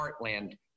Heartland